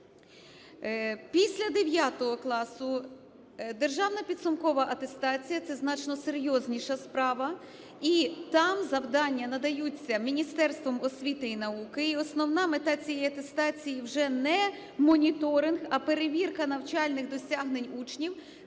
Після 9 класу державна підсумкова атестація – це значно серйозніша справа, і там завдання надаються Міністерством освіти і науки. І основна мета цієї атестації вже не моніторинг, а перевірка навчальних досягнень учнів,